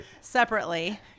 separately